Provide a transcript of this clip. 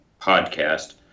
podcast